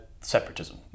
Separatism